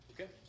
Okay